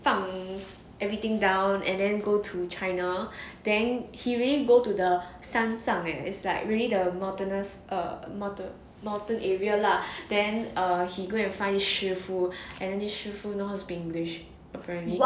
放 everything down and then go to china then he really go to the 山上 leh is like really the mountainous err mount~ mountain area lah then err he go and find a 师父 and then this 师父 knows how to speak english apparently